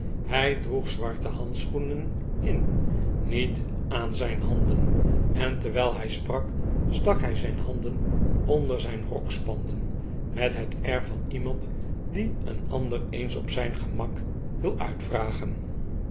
hij droeg zwarte handschoenen in niet aan zijn handen en terwijl hij sprak stak hij zijn handen onder zijn rokspanden met het air van iemand die een ander eens op zijn gemak wil uitvragen